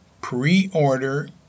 Pre-order